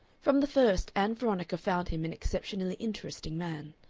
from the first, ann veronica found him an exceptionally interesting man.